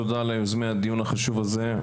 תודה על היוזמה ועל הדיון החשוב הזה.